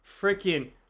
freaking